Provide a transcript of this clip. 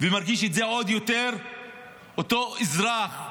ומרגיש את זה עוד יותר אותו אזרח,